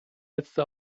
letzte